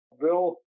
Bill